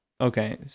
Okay